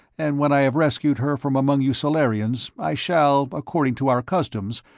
and when i have rescued her from among you solarians, i shall, according to our customs,